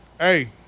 Hey